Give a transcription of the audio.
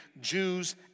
Jews